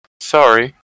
Sorry